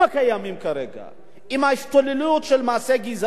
עם ההשתוללות של מעשה גזעני גם בתאגיד,